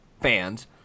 fans